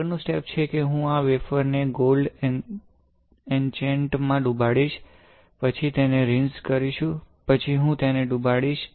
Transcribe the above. આગળનું સ્ટેપ છે કે હું આ વેફર ને ગોલ્ડ ઇચેન્ટ માં ડુબાડીશ પછી તેને રીંઝ કરીશુ પછી હું તેને ડુબાડીશ